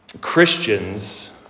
Christians